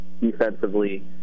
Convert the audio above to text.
Defensively